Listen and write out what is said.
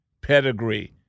Pedigree